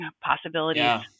possibilities